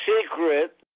secret